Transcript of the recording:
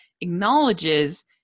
acknowledges